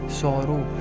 sorrow